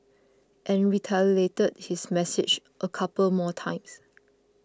and reiterated his message a couple more times